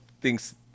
thinks